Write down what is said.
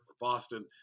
Boston